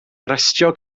arestio